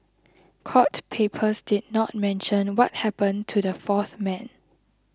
court papers did not mention what happened to the fourth man